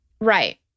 right